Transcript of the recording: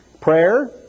Prayer